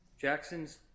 Jackson's